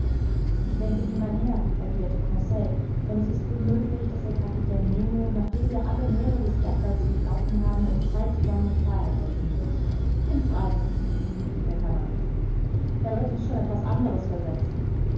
ich denke wie mein herr erwiderte conseil und es ist wohl möglich daß der kapitän nemo nachdem wir alle meere des erdballs durchlaufen haben uns drei zusammen in freiheit setzen wird in freiheit rief der canadier er wird uns schon etwas anderes versetzen